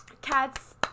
cats